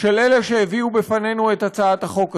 של אלה שהביאו בפנינו את הצעת החוק הזאת,